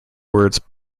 words